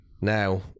now